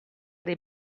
dei